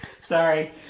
sorry